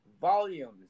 volumes